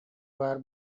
баар